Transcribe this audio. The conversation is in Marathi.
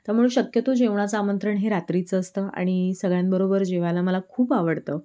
त्यामुळे शक्यतो जेवणाचं आमंत्रण हे रात्रीचं असतं आणि सगळ्यांबरोबर जेवायला मला खूप आवडतं